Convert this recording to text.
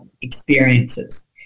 experiences